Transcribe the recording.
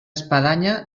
espadanya